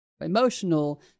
emotional